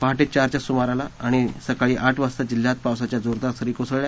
पहाटे चार च्या सुमारास आणि सकाळी आठ वाजता जिल्ह्यात पावसाच्या जोरदार सरी कोसळल्या